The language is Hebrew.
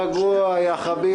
רגוע, יא חביבי.